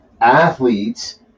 athletes